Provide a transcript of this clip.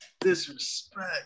Disrespect